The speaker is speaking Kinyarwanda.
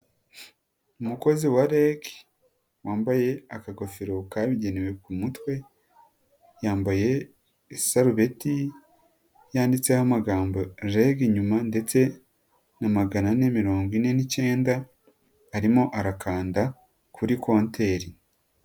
Umukozi wa REG, wambaye akagofero kabigenewe ku mutwe, yambaye isarubeti yanditseho amagambo REG inyuma ndetse na magana ane mirongo ine n'icyenda, arimo arakanda kuri konteri.